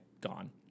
gone